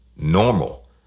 Normal